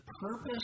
purpose